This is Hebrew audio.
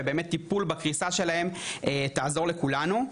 לכן טיפול בקריסה שלהם יעזור לכולנו.